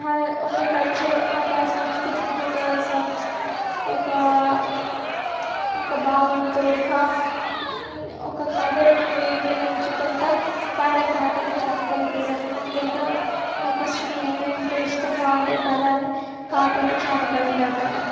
ఒక కల్చర్ ఒక సంస్కతిక ఒక సంస్క ఒక ఒక భావంతో ఒక ఒక కథను వివరించుకుంటూ పాడే పాటలు జానపద గేయాలు నాకెంతో ఆకర్షణీయంగా ఎంతో ఇష్టంగా ఉండే పదాలే పాటలు జానపద పాటాలు